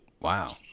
Wow